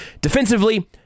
Defensively